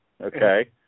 okay